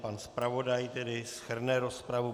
Pan zpravodaj tedy shrne rozpravu.